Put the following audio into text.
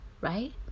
right